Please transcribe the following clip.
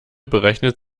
berechnet